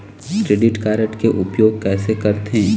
Credit card के उपयोग कैसे करथे?